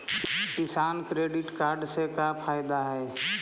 किसान credit card से का फायदा है?